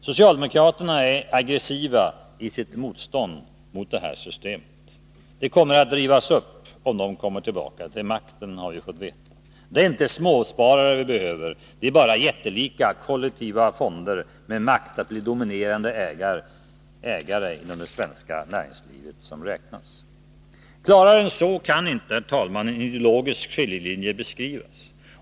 Socialdemokraterna är aggressiva i sitt motstånd mot detta system. Det kommer att rivas upp, om de kommer tillbaka till makten, har vi fått veta. Det är inte småsparare vi behöver, det är jättelika kollektiva fonder med makt att bli dominerande ägare inom det svenska näringslivet som räknas. Klarare än så kan inte, herr talman, en ideologisk skiljelinje beskrivas.